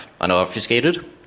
unobfuscated